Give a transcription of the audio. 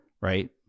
Right